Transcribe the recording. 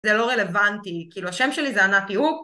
זה לא רלוונטי, כאילו השם שלי זה ענתי הופ